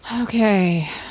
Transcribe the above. Okay